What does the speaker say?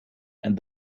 and